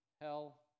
hell